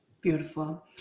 Beautiful